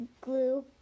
glue